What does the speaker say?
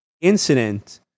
incident